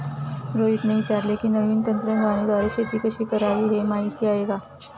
रोहितने विचारले की, नवीन तंत्राद्वारे शेती कशी करावी, हे माहीत आहे का?